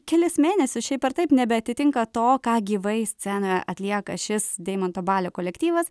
kelis mėnesius šiaip ar taip nebeatitinka to ką gyvai scenoje atlieka šis deimanto balio kolektyvas